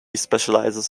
specializes